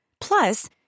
Plus